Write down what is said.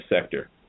sector